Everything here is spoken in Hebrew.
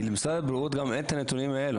כי למשרד הבריאות גם אין את הנתונים האלה.